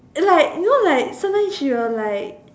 like you know like sometimes you are like